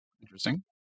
Interesting